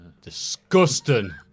disgusting